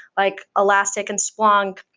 like elastic and splunk.